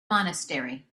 monastery